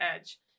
edge